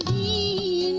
e